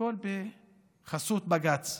הכול בחסות בג"ץ.